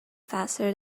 faster